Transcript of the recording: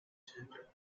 tender